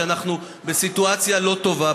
כשאנחנו בסיטואציה לא טובה.